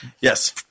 Yes